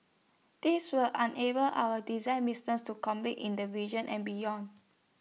this will unable our design businesses to compete in the region and beyond